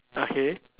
okay